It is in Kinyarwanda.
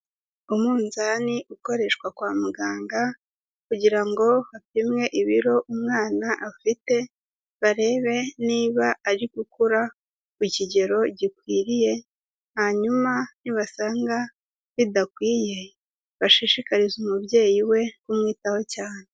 Umunzani ukoreshwa kwa muganga kugira ngo bapimwe ibiro umwana afite barebe niba ari gukura ku kigero gikwiriye hanyuma nibasanga bidakwiye bashishikarize umubyeyi we kumwitaho cyane.